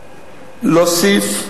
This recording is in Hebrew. להוסיף,